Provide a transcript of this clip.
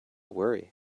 worry